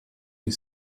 les